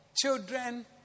children